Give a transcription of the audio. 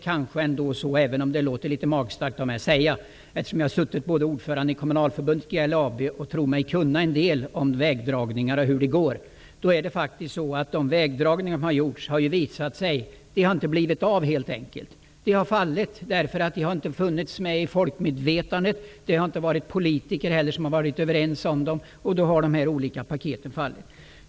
Jag har suttit som ordförande i både Kommunförbundet och GLAB och tror mig kunna en del om vägdragningar. Jag vet -- även om det kanske är litet magstarkt av mig att säga det -- att de vägdragningar som beslutats många gånger inte blivit av eftersom de inte funnits med i människors medvetande och politikerna inte varit överens om dem.